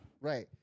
Right